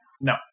No